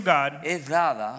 God